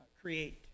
create